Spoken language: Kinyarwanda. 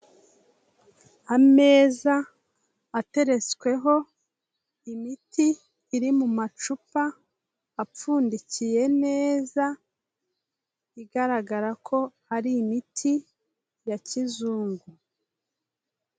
Ameza ateretsweho imiti iri mu macupa apfundikiye neza, igaragara ko hari imiti ya Kizungu.